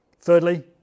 Thirdly